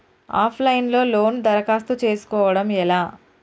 Of line లో లోను దరఖాస్తు చేసుకోవడం ఎలా?